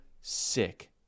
sick